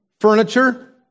Furniture